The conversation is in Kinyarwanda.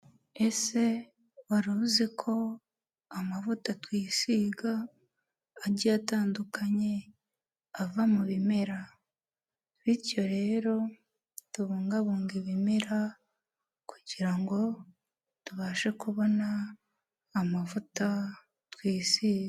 Ese waruzi ko amavuta twisiga agiye atandukanye ava mu bimera? Bityo rero tubungabunga ibimera kugirango tubashe kubona amavuta twisiga.